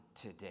today